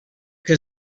que